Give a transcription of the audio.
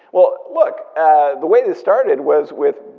well, look, the way this started was with,